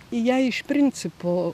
jai iš principo